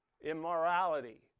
immorality